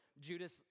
Judas